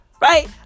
right